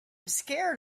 scared